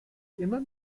immer